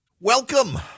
Welcome